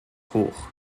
hoch